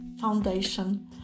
foundation